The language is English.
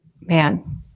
man